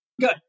good